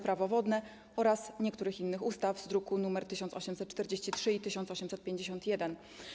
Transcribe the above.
Prawo wodne oraz niektórych innych ustaw, druki nr 1843 i 1851.